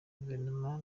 guverinoma